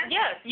yes